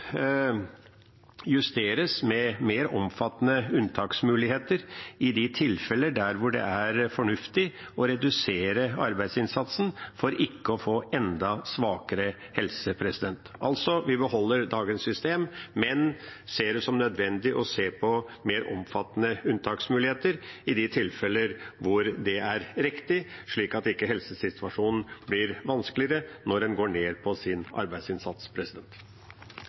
justeres med mer omfattende unntaksmuligheter i de tilfellene det er fornuftig å redusere arbeidsinnsatsen for ikke å få enda svakere helse. Altså: Vi beholder dagens system, men ser det som nødvendig å se på mer omfattende unntaksmuligheter i de tilfellene det er riktig, slik at ikke helsesituasjonen blir vanskeligere når en reduserer sin arbeidsinnsats. Utviklinga med eit aukande antal uføretrygda er viktig å ta på